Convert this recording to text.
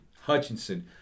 Hutchinson